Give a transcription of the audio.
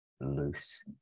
loose